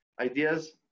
ideas